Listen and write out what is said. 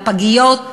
לפגיות,